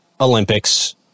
Olympics